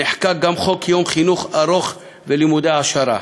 נחקק גם חוק יום חינוך ארוך ולימודי העשרה.